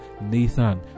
nathan